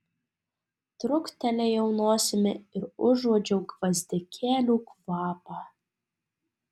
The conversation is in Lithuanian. truktelėjau nosimi ir užuodžiau gvazdikėlių kvapą